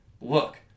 look